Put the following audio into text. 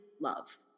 love